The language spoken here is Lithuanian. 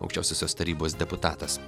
aukščiausiosios tarybos deputatas